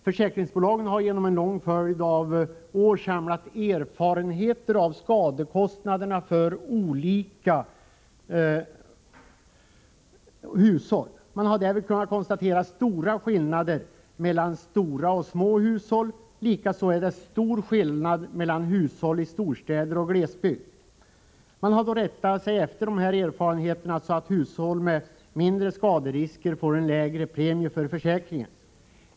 Försäkringsbolagen har under en lång följd av år samlat erfarenhet av skadekostnaderna för olika hushåll. Man har därvid kunnat konstatera stora skillnader mellan stora och små hushåll. Likaså är det stora skillnader mellan hushåll i storstäder och i glesbygd. Man har då rättat sig efter erfarenheterna, så att hushåll med mindre skaderisker får en lägre premie för försäkringen.